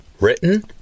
Written